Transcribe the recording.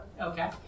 okay